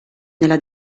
nella